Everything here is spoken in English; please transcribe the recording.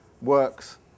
works